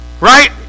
Right